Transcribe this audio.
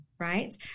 Right